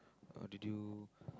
uh did you